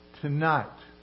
Tonight